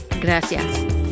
Gracias